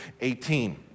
18